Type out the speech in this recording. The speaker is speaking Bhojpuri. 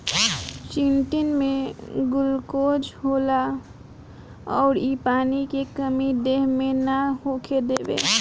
चिटिन में गुलकोज होला अउर इ पानी के कमी देह मे ना होखे देवे